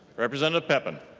representative and